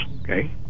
okay